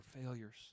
failures